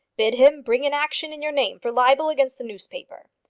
bid him bring an action in your name for libel against the newspaper.